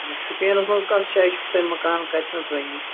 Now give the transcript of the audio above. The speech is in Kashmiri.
اچھا شُپِٮَ۪نس منٛز کَتھ جاے چھُو تۄہہِ مکان کَتہِ نَس بَنہِ یہِ